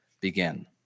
begin